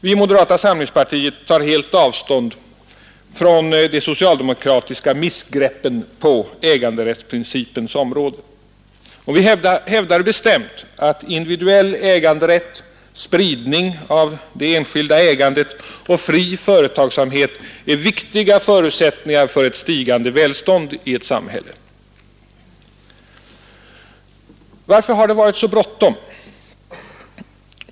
Vi i moderata samlingspartiet tar helt avstånd från de socialdemokratiska missgreppen på äganderättsprincipens område. Vi hävdar bestämt att individuell äganderätt, spridning av det enskilda ägandet och fri företagsamhet är viktiga förutsättningar för stigande välstånd i ett samhälle. Varför har det varit så bråttom?